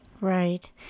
Right